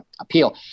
appeal